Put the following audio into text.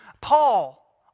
Paul